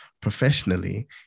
Professionally